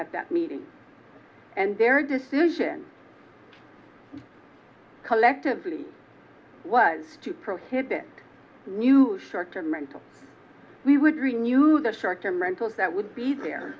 at that meeting and their decision collectively was to prohibit new short term rental we would renew the short term rentals that would be